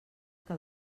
que